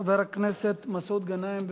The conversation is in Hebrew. חבר הכנסת מסעוד גנאים.